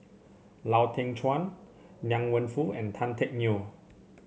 Lau Teng Chuan Liang Wenfu and Tan Teck Neo